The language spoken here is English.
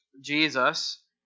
Jesus